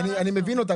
לא, לא, אני מבין אותם.